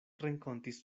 renkontis